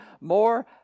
more